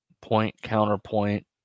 point-counterpoint